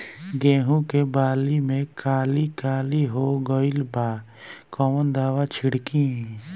गेहूं के बाली में काली काली हो गइल बा कवन दावा छिड़कि?